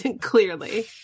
Clearly